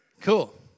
Cool